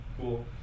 Cool